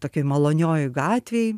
tokioj maloniojoj gatvėj